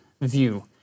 view